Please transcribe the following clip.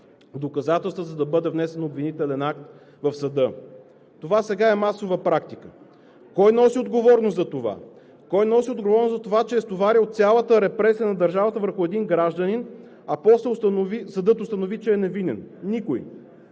доказателства, за да бъде внесен обвинителен акт в съда. Това сега е масова практика. Кой носи отговорност за това? Кой носи отговорност за това, че е стоварил цялата репресия на държавата върху един гражданин, а после съдът установи, че е невинен? Никой!